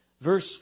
Verse